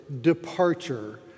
departure